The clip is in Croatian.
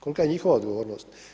Kolika je njihova odgovornost?